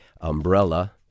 umbrella